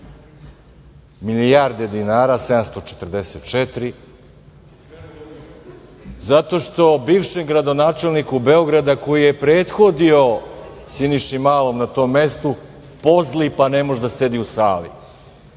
milijarde dinara, zato što bivšem gradonačelniku Beograda koji je prethodio Siniši Malom na tom mestu može da pozli pa ne može da sedi u sali.